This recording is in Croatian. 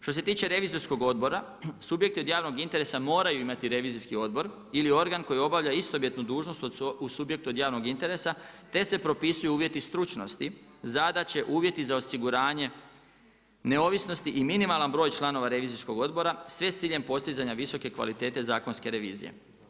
Što se tiče Revizorskog odbora subjekti od javnog interesa moraju imati Revizijski odbor ili organ koji obavlja istovjetnu dužnost u subjektu od javnog interesa, te se propisuju uvjeti stručnosti, zadaće, uvjeti za osiguranje neovisnosti i minimalan broj članova Revizijskog odbora sve s ciljem postizanja visoke kvalitete zakonske revizije.